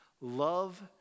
love